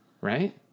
right